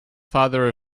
father